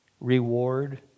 reward